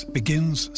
begins